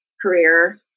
career